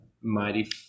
Mighty